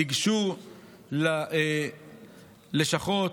תיגשו ללשכות.